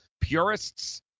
Purists